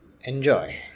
Enjoy